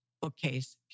bookcase